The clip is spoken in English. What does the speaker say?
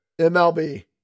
MLB